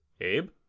Abe